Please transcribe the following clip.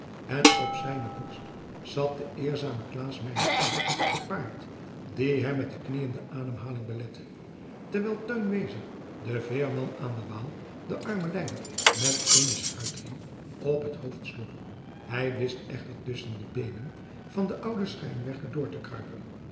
en op zijne borst zat de eerzame klaas meinertz te paard die hem met de kniëen de ademhaling belette terwijl teun wezer de veerman aan de waal den armen lijder met eenen schuitriem op het hoofd sloeg hij wist echter tusschen de beenen van den ouden schrijnwerker door te kruipen